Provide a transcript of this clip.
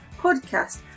podcast